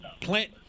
plant